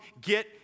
get